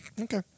Okay